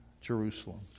Jerusalem